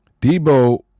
Debo